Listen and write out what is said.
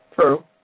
True